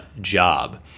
job